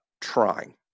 trying